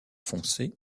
foncé